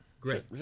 Great